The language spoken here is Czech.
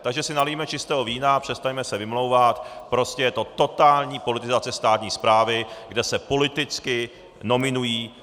Takže si nalijme čistého vína a přestaňme se vymlouvat, prostě je to totální politizace státní správy, kde se politicky nominují.